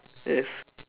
yes